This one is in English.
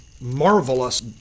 marvelous